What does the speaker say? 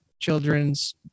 children's